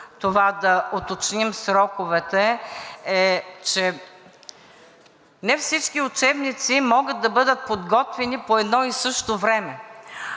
това да уточним сроковете е, че не всички учебници могат да бъдат подготвени по едно и също време.